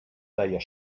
deia